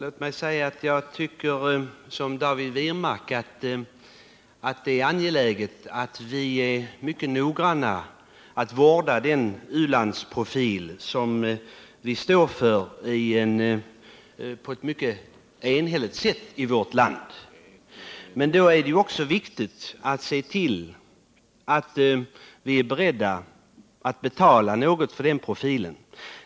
Herr talman! Jag tycker som David Wirmark att det är angeläget att noggrant vårda den u-landsprofil som vi i vårt land är eniga om att ha. Men då måste vi också vara beredda att betala något för den profilen.